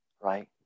right